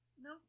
No